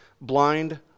blind